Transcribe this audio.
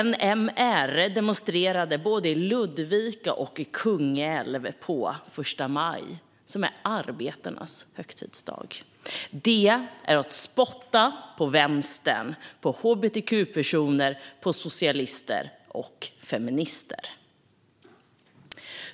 NMR demonstrerade både i Ludvika och i Kungälv på första maj, som är arbetarnas högtidsdag. Det är att spotta på vänstern, på hbtq-personer, på socialister och på feminister.